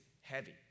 heavy